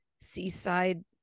seaside